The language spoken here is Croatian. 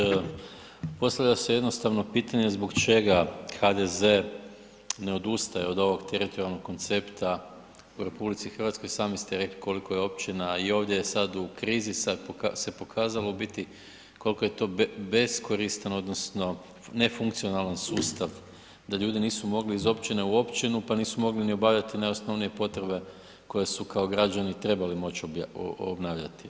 Kolegice Čikotić, postavlja se jednostavno pitanje zbog čega HDZ ne odustaje od ovog teritorijalnog koncepta u RH i sami ste rekli koliko je općina i ovdje sad u krizi, sad se pokazalo u biti koliko je to beskoristan odnosno nefunkcionalan sustava da ljudi nisu mogli iz općine u općinu pa nisu mogli ni obavljati najosnovnije potrebe koje su kao građani trebali moći obnavljati.